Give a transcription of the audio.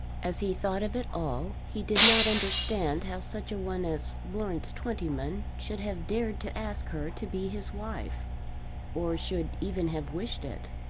as he thought of it all he did not understand how such a one as lawrence twentyman should have dared to ask her to be his wife or should even have wished it.